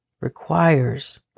requires